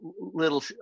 little